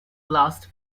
last